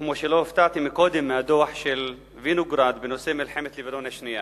כמו שלא הופתעתי קודם מהדוח של וינוגרד בנושא מלחמת לבנון השנייה.